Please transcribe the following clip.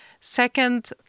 Second